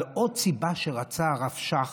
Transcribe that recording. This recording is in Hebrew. אבל עוד סיבה שרצה הרב שך,